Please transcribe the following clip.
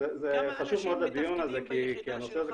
זה חשוב מאוד לדיון הזה כי הנושא הזה